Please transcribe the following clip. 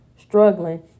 struggling